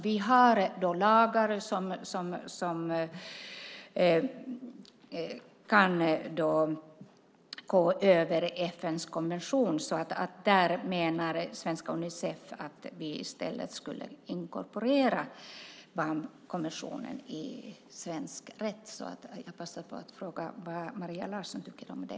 Vi har lagar som kan gå före FN:s konvention. Där menar Svenska Unicef-kommittén att vi i stället skulle inkorporera barnkonventionen i svensk rätt. Jag vill passa på att fråga vad Maria Larsson tycker om det.